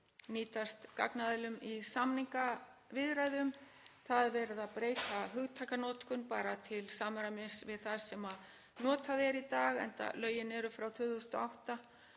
nýtast gagnaðilum í samningaviðræðum. Það er verið að breyta hugtakanotkun til samræmis við það sem notað er í dag enda eru lögin frá 2008